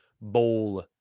bowl